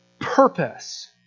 purpose